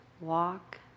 walk